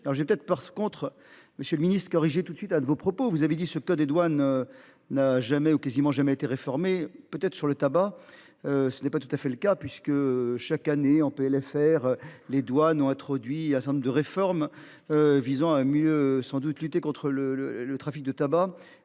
alors je vais peut-être parce contre Monsieur le Ministre corriger tout de suite ah de vos propos. Vous avez dit ce que des douanes. N'a jamais ou quasiment jamais été. Peut être sur le tabac. Ce n'est pas tout à fait le cas puisque chaque année, on peut les faire. Les douanes ont introduit à Saint-nombre de réformes. Visant à mieux sans doute lutter contre le trafic de tabac.